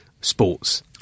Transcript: sports